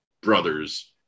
brothers